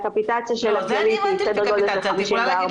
הקפיטציה של הכללית היא סדר גודל של